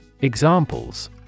Examples